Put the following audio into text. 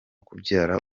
kubyara